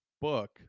book